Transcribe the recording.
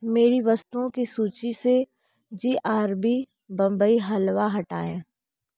मेरी वस्तुओं की सूचि से G R B Bombay halwa हटाएँ